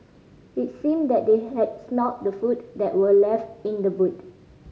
it seemed that they had smelt the food that were left in the boot